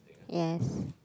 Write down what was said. yes